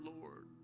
Lord